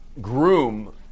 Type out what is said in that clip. groom